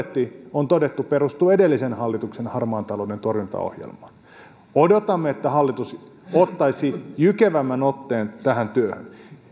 on todettu perustuu edellisen hallituksen harmaan talouden torjuntaohjelmaan odotamme että hallitus ottaisi jykevämmän otteen tähän työhön